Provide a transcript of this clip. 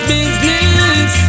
Business